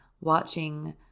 Watching